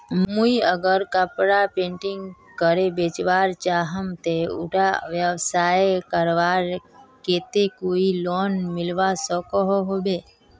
मुई अगर कपड़ा पेंटिंग करे बेचवा चाहम ते उडा व्यवसाय करवार केते कोई लोन मिलवा सकोहो होबे?